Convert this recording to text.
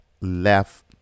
left